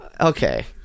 Okay